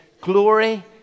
glory